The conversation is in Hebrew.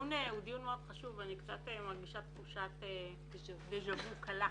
הדיון הוא דיון מאוד חשוב ואני מרגישה תחושת דז'ה וו קלה.